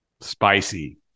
spicy